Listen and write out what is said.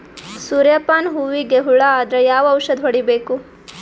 ಸೂರ್ಯ ಪಾನ ಹೂವಿಗೆ ಹುಳ ಆದ್ರ ಯಾವ ಔಷದ ಹೊಡಿಬೇಕು?